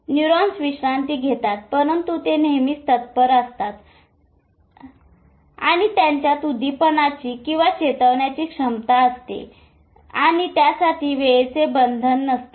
neurons विश्रांती घेतात परंतु ते नेहमीच तत्पर असतात आणि त्यांच्यात उद्दीपणाची किंवा चेतावण्याची क्षमता असते आणित्यासाठी वेळेचे बंधन नसत